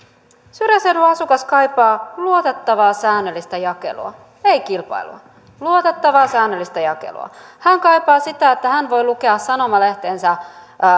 syrjäseudun asukas kaipaa luotettavaa säännöllistä jakelua ei kilpailua luotettavaa säännöllistä jakelua hän kaipaa sitä että hän voi lukea sanomalehtensä